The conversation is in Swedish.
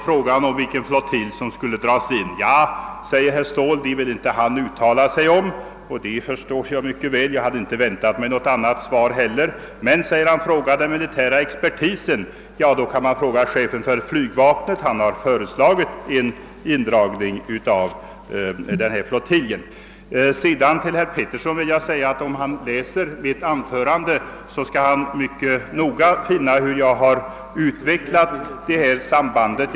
Frågan om vilken flygflottilj som skulle dras in ville herr Ståhl inte uttala sig om. Det förstår jag också mycket väl, och jag hade inte heller väntat mig något svar. Men, säger herr Ståhl, fråga den militära expertisen om detta. Ja, man kan ju då vända sig till chefen för flygvapnet, som föreslagit en indragning av den här aktuella flygflottiljen. Till herr Petersson vill jag säga att han, om han läser igenom mitt huvudanförande, skall finna att jag där mycket noggrant utvecklat det samband han tog upp.